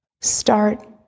start